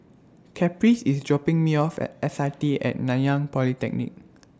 Caprice IS dropping Me off At S I T At Nanyang Polytechnic